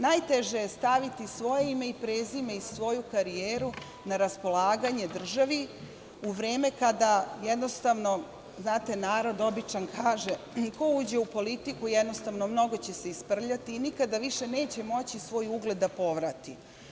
Najteže je staviti svoje ime i prezime i svoju karijeru na raspolaganju državi u vreme kada, znate, narod običan kaže, ko uđe u politiku, jednostavno, mnogo će se isprljati i nikada više neće moći svoj ugled da povrati.